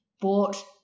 bought